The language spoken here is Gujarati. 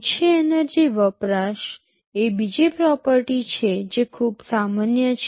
ઓછો એનર્જી વપરાશ એ બીજી પ્રોપર્ટી છે જે ખૂબ સામાન્ય છે